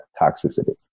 toxicity